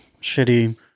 shitty